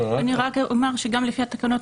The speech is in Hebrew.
אני רק אומר שגם לפי תקנות